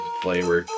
flavor